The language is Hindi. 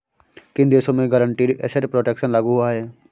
किन देशों में गारंटीड एसेट प्रोटेक्शन लागू हुआ है?